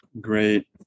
Great